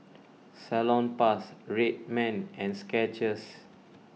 Salonpas Red Man and Skechers